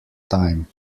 time